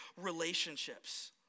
relationships